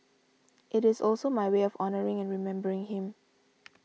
it is also my way of honouring and remembering him